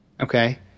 Okay